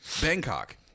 Bangkok